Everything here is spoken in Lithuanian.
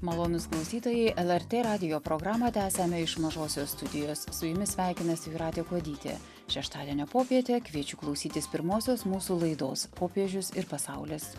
malonūs klausytojai lrt radijo programą tęsiame iš mažosios studijos su jumis sveikinasi jūratė kuodytė šeštadienio popietę kviečiu klausytis pirmosios mūsų laidos popiežius ir pasaulis